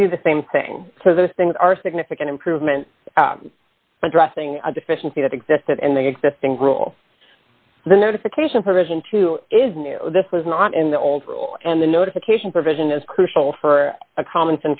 to do the same thing so those things are significant improvement dressing a deficiency that existed in the existing rule the notification provision to is new this was not in the old rule and the notification provision is crucial for a common